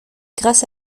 grâce